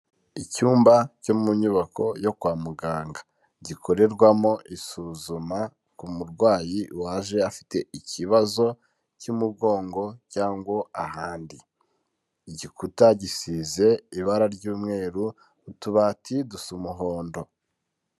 Icyumba cyo mu nyubako yo kwa muganga gikorerwamo isuzuma ku murwayi waje afite ikibazo cy'umugongo cyangwa ahandi. Igikuta gisize ibara ry'umweru, utubati dusa umuhondo.